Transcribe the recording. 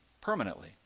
permanently